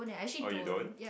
oh you don't